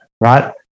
right